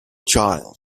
child